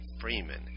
Freeman